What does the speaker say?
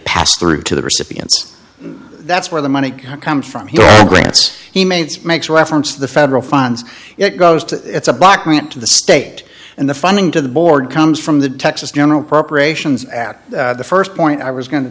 pass through to the recipients and that's where the money comes from he grants he made makes reference to the federal funds it goes to it's a block grant to the state and the funding to the board comes from the texas general proper ations at the st point i was going to